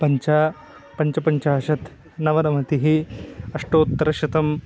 पञ्च पञ्चपञ्चाशत् नवनवतिः अष्टोत्तरशतं